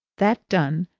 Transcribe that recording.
that done,